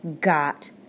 got